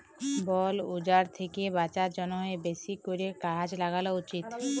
বল উজাড় থ্যাকে বাঁচার জ্যনহে বেশি ক্যরে গাহাচ ল্যাগালো উচিত